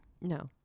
No